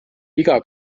iga